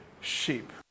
sheep